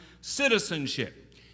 citizenship